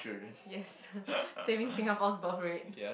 yes saving Singapore's birth rate